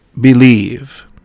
believe